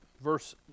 Verse